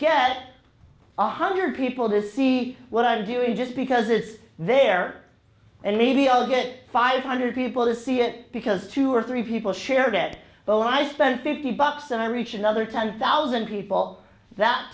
get a hundred people to see what i'm doing just because there's there and maybe i'll get five hundred people to see it because two or three people shared it but when i spend fifty bucks and i reach another ten thousand people that